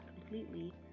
completely